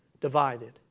divided